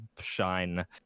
shine